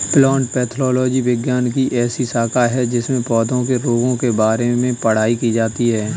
plant pathology विज्ञान की ऐसी शाखा है जिसमें पौधों के रोगों के बारे में पढ़ाई की जाती है